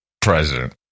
president